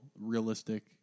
realistic